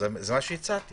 מה שהצעתי